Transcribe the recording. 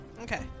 Okay